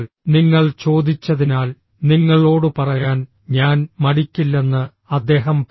നിങ്ങൾ ചോദിച്ചതിനാൽ നിങ്ങളോട് പറയാൻ ഞാൻ മടിക്കില്ലെന്ന് അദ്ദേഹം പറഞ്ഞു